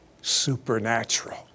supernatural